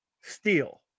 steel